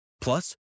Plus